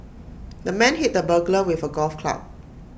the man hit the burglar with A golf club